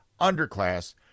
underclass